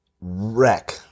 wreck